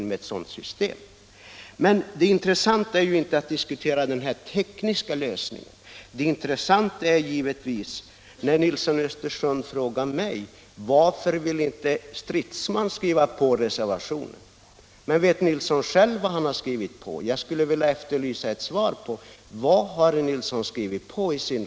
Men det intressanta är inte att diskutera den här tekniska lösningen, utan det är herr Nilssons fråga varför jag inte vill skriva på den aktuella reservationen. Vet herr Nilsson själv vad han har skrivit på? Jag skulle vilja efterlysa ett svar på den frågan.